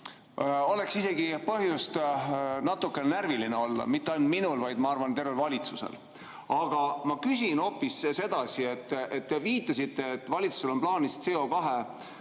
oleks isegi põhjust natukene närviline olla, mitte ainult minul, vaid ma arvan, et tervel valitsusel. Aga ma küsin hoopis sedasi. Te viitasite, et valitsusel on plaanis CO2raha